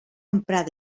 emprada